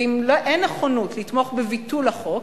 ואם אין נכונות לתמוך בביטול החוק,